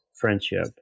friendship